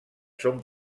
són